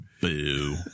Boo